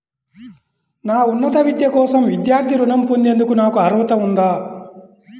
నా ఉన్నత విద్య కోసం విద్యార్థి రుణం పొందేందుకు నాకు అర్హత ఉందా?